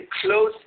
close